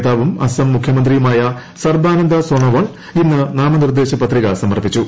നേതാവും അസം മുഖ്യമന്ത്രിയുമായ സർബാനന്ദ സോനോവാൾ ഇന്ന് നാമനിർദ്ദേശ പത്രിക സമർപ്പിച്ചു